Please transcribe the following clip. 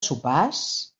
sopars